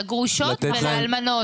לגרושות ולאלמנות.